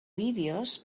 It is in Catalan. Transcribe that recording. vídeos